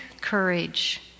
courage